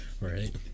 right